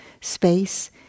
space